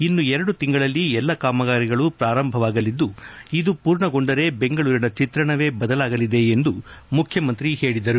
ಇನ್ನು ಎರಡು ತಿಂಗಳಲ್ಲಿ ಎಲ್ಲಾ ಕಾಮಗಾರಿಗಳು ಪ್ರಾರಂಭವಾಗಲಿದ್ದು ಇದು ಪೂರ್ಣಗೊಂಡರೆ ಬೆಂಗಳೂರಿನ ಚೆತ್ರಣವೇ ಬದಲಾಗಲಿದೆ ಎಂದು ಹೇಳಿದರು